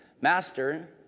Master